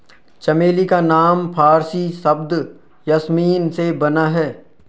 चमेली का नाम फारसी शब्द यासमीन से बना है